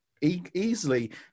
easily